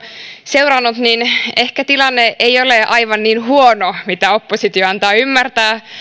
seurannut niin ehkä tilanne ei ole aivan niin huono kuin oppositio antaa ymmärtää